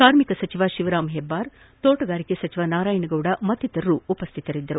ಕಾರ್ಮಿಕ ಸಚಿವ ಶಿವರಾಮ್ ಹೆಬ್ಬಾರ್ ತೋಟಗಾರಿಕೆ ಸಚಿವ ನಾರಾಯಣಗೌಡ ಮತ್ತಿತರರು ಉಪಸ್ವಿತರಿದ್ದರು